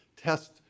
test